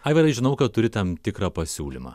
aivarai žinau kad turi tam tikrą pasiūlymą